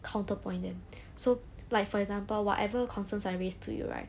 counterpoint them so like for example whatever concerns are raised to you right